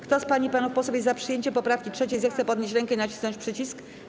Kto z pań i panów posłów jest za przyjęciem poprawki 3., zechce podnieść rękę i nacisnąć przycisk.